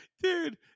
dude